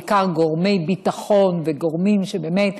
בעיקר גורמי ביטחון וגורמים שבאמת,